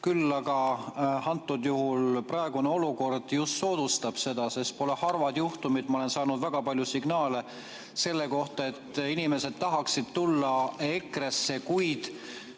Aga antud juhul praegune olukord just soodustab seda. Pole harvad juhtumid – ma olen saanud väga palju signaale selle kohta –, et inimesed tahaksid tulla EKRE-sse, kuid